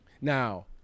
Now